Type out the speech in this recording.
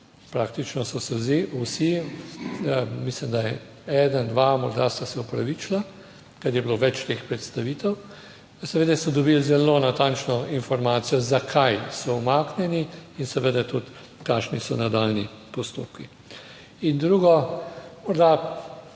praktično so se vsi, mislim, da je eden, dva morda sta se opravičila, ker je bilo več teh predstavitev, seveda so dobili zelo natančno informacijo, zakaj so umaknjeni in seveda tudi kakšni so nadaljnji postopki. In drugo morda